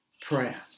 prayer